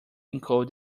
encode